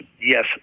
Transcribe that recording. Yes